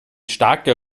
starker